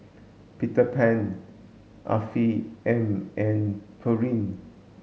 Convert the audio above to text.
Peter Pan Afiq M and Pureen